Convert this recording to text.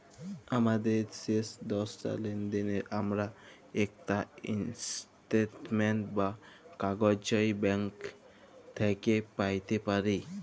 আমাদের শেষ দশটা লেলদেলের আমরা ইকট ইস্ট্যাটমেল্ট বা কাগইজ ব্যাংক থ্যাইকে প্যাইতে পারি